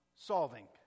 Solving